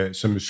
som